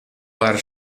bar